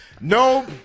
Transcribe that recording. No